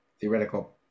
theoretical